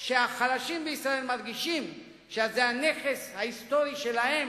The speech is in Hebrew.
החלשים בישראל מרגישים שזה הנכס ההיסטורי שלהם,